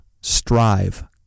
Strive